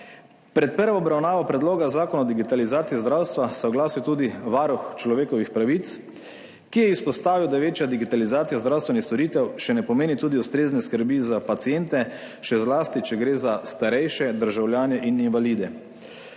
Pred prvo obravnavo predloga zakona o digitalizaciji zdravstva se je oglasil tudi varuh človekovih pravic, ki je izpostavil, da je večja digitalizacija zdravstvenih storitev še ne pomeni tudi ustrezne skrbi za paciente, še zlasti, če gre za starejše državljane in invalide.